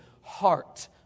heart